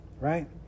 right